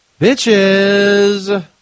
bitches